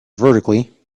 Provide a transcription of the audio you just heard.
vertically